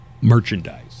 merchandise